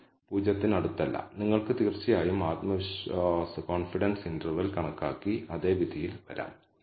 നിങ്ങൾ null hypothesis നിരസിക്കണം എന്നാണ് അർത്ഥമാക്കുന്നത് കൂടുതൽ കോൺഫിഡൻസോടെ നിങ്ങൾക്ക് നൾ ഹൈപോതെസിസ് നിരസിക്കാൻ കഴിയും